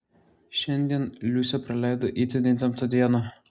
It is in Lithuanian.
šiandien liusė praleido itin įtemptą dieną